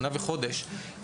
שנה וחדש,